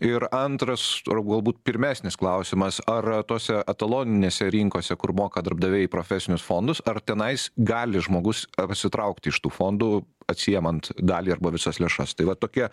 ir antras or galbūt pirmesnis klausimas ar tose etaloninėse rinkose kur moka darbdaviai profesinius fondus ar tenais gali žmogus pasitraukti iš tų fondų atsiimant dalį arba visas lėšas tai va tokie